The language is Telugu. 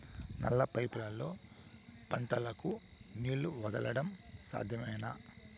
నల్ల పైపుల్లో పంటలకు నీళ్లు వదలడం సాధ్యమేనా?